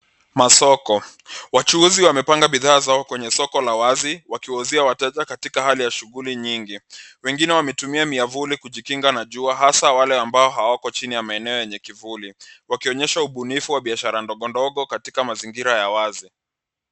Masoko, wachuuzi wamepanga bidhaa zao kwenye soko la wazi wakiwauzia wateja katika hali ya shughuli nyingi. Wengine wametumia miavuli kujikinga na jua hasa wale ambao hawako chini ya maeneo yenye kivuli . Wakionyesha ubunifu wa biashara ndogo ndogo katika mazingira ya wazi.